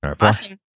Awesome